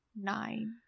nine